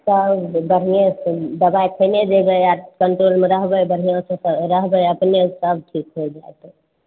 तऽ बढ़िऑं से दबाइ खेने जेबै आ कंट्रोलमे रहबै बढ़िआँ से तऽ रहबै अपने से तऽ सब ठीक होइ जाएत